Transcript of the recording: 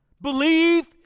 Believe